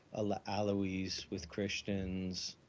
ah ah alawis, with christians,